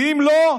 ואם לא,